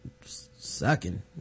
sucking